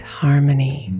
harmony